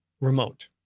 remote